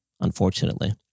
Unfortunately